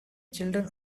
children